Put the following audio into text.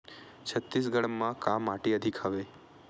छत्तीसगढ़ म का माटी अधिक हवे?